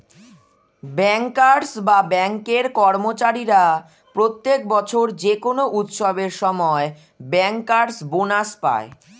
bankers বা ব্যাঙ্কের কর্মচারীরা প্রত্যেক বছর যে কোনো উৎসবের সময় ব্যাংকার্স বোনাস পায়